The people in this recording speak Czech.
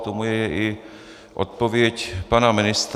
K tomu je i odpověď pana ministra.